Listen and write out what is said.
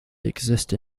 exist